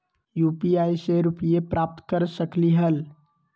UPI से रुपए प्राप्त कर सकलीहल?